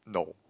no